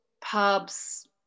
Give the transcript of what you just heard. pubs